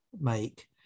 make